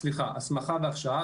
הסמכה והכשרה,